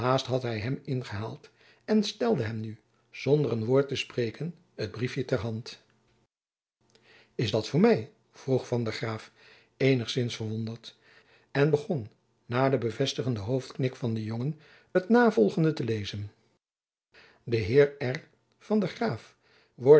had hy hem ingehaald en stelde hem nu zonder een woord te spreken het briefjen ter hand is dat voor my vroeg van der graef eenigzins verwonderd en begon na den bevestigenden hoofdknik van den jongen het navolgende te lezen de r heer v d graef